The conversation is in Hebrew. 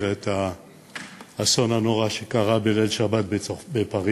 את האסון הנורא שקרה בליל שבת בפריז,